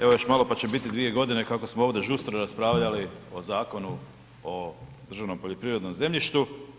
Evo još malo pa će bit 2 godine kako smo ovdje žustro raspravljali o Zakonu o državnom poljoprivrednom zemljištu.